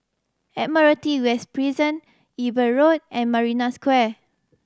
Admiralty West Prison Eber Road and Marina Square